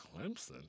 Clemson